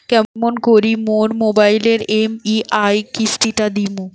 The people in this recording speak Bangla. কেমন করি মোর মোবাইলের ই.এম.আই কিস্তি টা দিম?